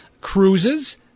cruises